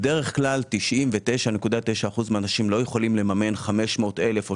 בדרך כלל 99.9% מהאנשים לא יכולים לממן 500 אלף או